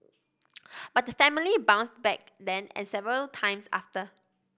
but the family bounced back then and several times after